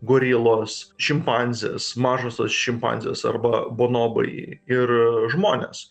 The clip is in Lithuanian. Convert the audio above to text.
gorilos šimpanzės mažosios šimpanzės arba bonobai ir žmonės